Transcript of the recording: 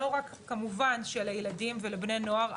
כמובן שלילדים ולבני נוער,